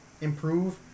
improve